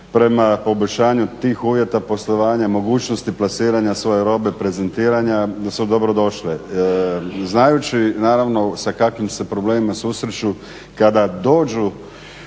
prema poboljšanju tih uvjeta poslovanja, mogućnosti plasiranja svoje robe, prezentiranja su dobro došle. Znajući naravno s kakvim se problemima susreću kada dođu